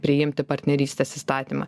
priimti partnerystės įstatymą